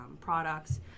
products